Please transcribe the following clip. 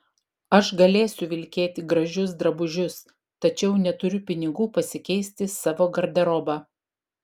aš galėsiu vilkėti gražius drabužius tačiau neturiu pinigų pasikeisti savo garderobą